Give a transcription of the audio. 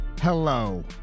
hello